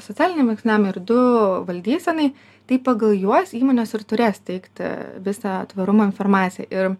socialiniam veiksniam ir du valdysenai tai pagal juos įmonės ir turės teikti visą atvirumo informaciją ir